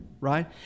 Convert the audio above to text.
right